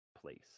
place